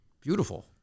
Beautiful